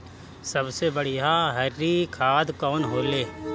सबसे बढ़िया हरी खाद कवन होले?